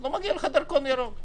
לא מגיע לך דרכון ירוק.